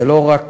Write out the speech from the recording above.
ולא רק